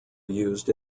used